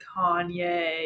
Kanye